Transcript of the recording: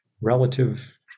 relative